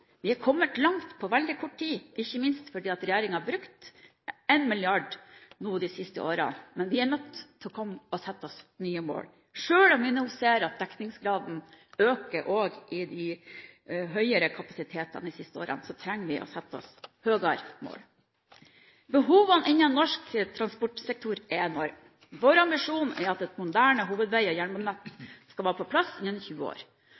Vi har kommet langt på veldig kort tid, ikke minst fordi regjeringen har brukt 1 mrd. kr de siste årene, men vi er nødt til å sette oss nye mål. Selv om vi nå ser at dekningsgraden har økt også når det gjelder høyere kapasitet de siste årene, trenger vi å sette oss høyere mål. Behovene innen norsk transportsektor er enorme. Vår ambisjon er at et moderne hovedvei- og jernbanenett skal være på plass innen 20 år.